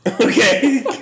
Okay